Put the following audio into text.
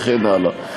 וכן הלאה.